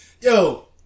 yo